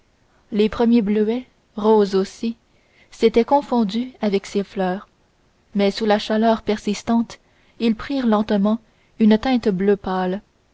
les premiers bleuets roses aussi s'étaient confondus avec ces fleurs mais sous la chaleur persistante ils prirent lentement une teinte bleu pâle